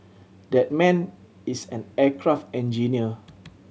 that man is an aircraft engineer